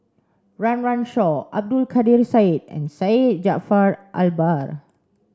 Run Run Shaw Abdul Kadir Syed and Syed Jaafar Albar